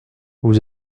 vous